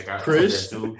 Chris